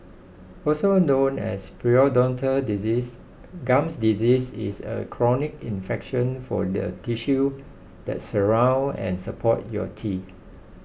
also known as periodontal disease gum disease is a chronic infection for the tissue that surround and support your teeth